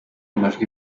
amajwi